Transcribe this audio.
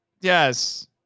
Yes